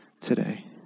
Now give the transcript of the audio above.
today